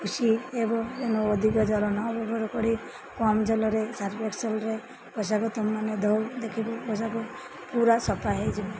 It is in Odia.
ଖୁସି ଏବଂ ଏନୁ ଅଧିକ ଜଲ ନବଭର କରି କମ୍ ଜଲରେ ସର୍ଫ ଏକ୍ସେଲ୍ରେ ପୋଷାକ ତୁମେମାନେ ଧୋଉ ଦେଖିବ ପୋଷାକ ପୁରା ସଫା ହୋଇଯିବ